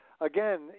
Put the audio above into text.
again